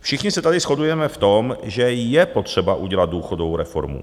Všichni se tady shodujeme v tom, že je potřeba udělat důchodovou reformu.